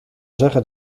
zeggen